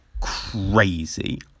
Crazy